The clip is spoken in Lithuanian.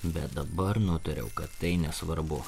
bet dabar nutariau kad tai nesvarbu